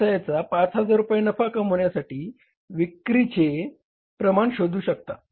व्यवसायाचे 5000 रुपये नफा कमविण्यासाठी विक्रीचे प्रमाण शोधू शकता